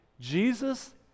Jesus